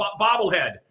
bobblehead